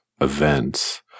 events